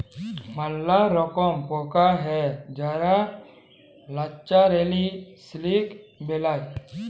ম্যালা রকম পকা হ্যয় যারা ল্যাচারেলি সিলিক বেলায়